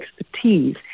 expertise